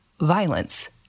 violence